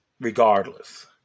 regardless